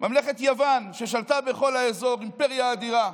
ממלכת יוון שלטה בכל האזור, אימפריה אדירה,